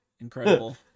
Incredible